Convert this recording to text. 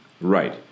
Right